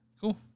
Cool